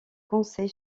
conseil